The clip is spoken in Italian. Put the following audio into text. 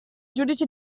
giudice